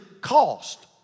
cost